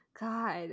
God